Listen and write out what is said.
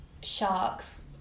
sharks